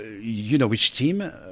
you-know-which-team